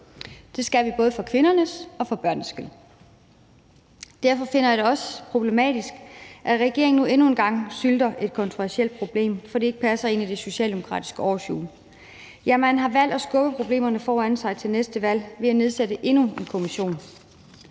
Det skal vi både for kvindernes og for børnenes skyld. Derfor finder jeg det også problematisk, at regeringen nu endnu en gang sylter et kontroversielt problem, fordi det ikke passer ind i det socialdemokratiske årshjul. Ja, man har valgt at skubbe problemerne foran sig til næste valg ved at nedsætte endnu en kommission.